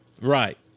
right